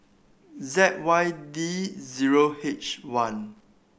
Z Y D zero H one